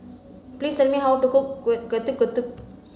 please tell me how to cook Getuk Getuk